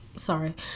Sorry